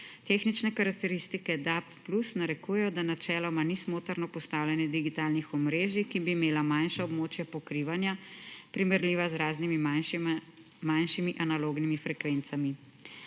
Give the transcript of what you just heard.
Tehnične karakteristike DAB+ narekujejo, da načeloma ni smotrno postavljanje digitalnih omrežjih, ki bi imela manjša območja pokrivanja, primerljiva z raznimi manjšimi analognimi frekvencami.